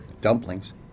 dumplings